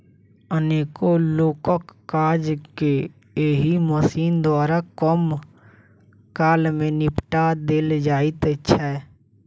अनेको लोकक काज के एहि मशीन द्वारा कम काल मे निपटा देल जाइत छै